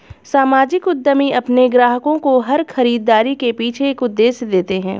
सामाजिक उद्यमी अपने ग्राहकों को हर खरीदारी के पीछे एक उद्देश्य देते हैं